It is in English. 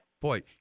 Boy